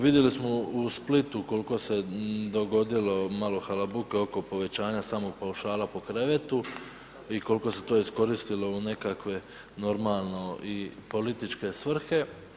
Vidjeli smo u Splitu koliko se dogodilo malo halabuke oko povećanja samog paušala po krevetu i koliko se to iskoristilo u nekakve normalno i političke svrhe.